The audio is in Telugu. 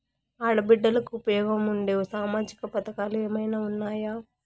ఆడ బిడ్డలకు ఉపయోగం ఉండే సామాజిక పథకాలు ఏమైనా ఉన్నాయా?